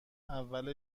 اول